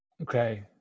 Okay